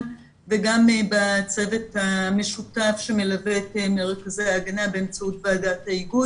וגם בצוות המשותף שמלווה את מרכזי ההגנה באמצעות ועדת ההיגוי